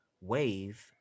wave